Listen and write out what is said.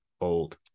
old